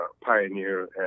pioneer